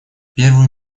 первую